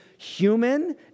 Human